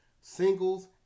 singles